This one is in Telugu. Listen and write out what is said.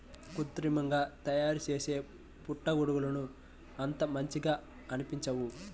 కృత్రిమంగా తయారుచేసే పుట్టగొడుగులు అంత రుచిగా అనిపించవు